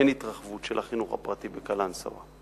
אין התרחבות של החינוך הפרטי בקלנסואה.